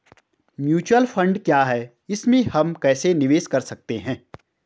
Mutual fund क्या है इसमें हम कैसे निवेश कर सकते हैं?